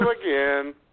again